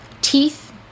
teeth